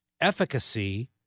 efficacy